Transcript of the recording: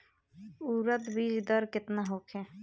उरद बीज दर केतना होखे?